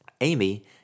Amy